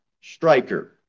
Striker